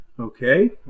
Okay